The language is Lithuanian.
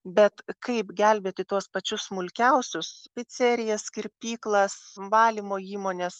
bet kaip gelbėti tuos pačius smulkiausius picerijas kirpyklas valymo įmones